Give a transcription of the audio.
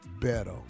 better